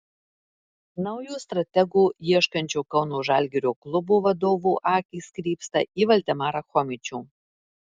naujo stratego ieškančio kauno žalgirio klubo vadovų akys krypsta į valdemarą chomičių